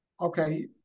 Okay